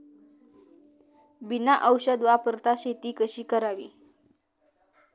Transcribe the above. बिना औषध वापरता शेती कशी करावी?